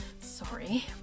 sorry